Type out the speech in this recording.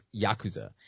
Yakuza